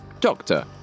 doctor